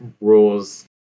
rules